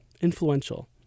influential